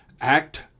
Act